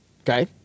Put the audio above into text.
okay